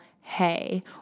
hey